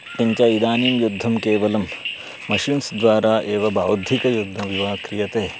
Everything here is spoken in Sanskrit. किञ्च इदानीं युद्धं केवलं मशीन्स् द्वारा एव बौद्धिकयुद्धमिव क्रियते